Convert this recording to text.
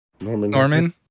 Norman